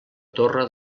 torre